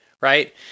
Right